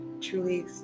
truly